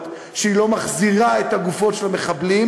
שהיא לא מחזירה את הגופות של המחבלים,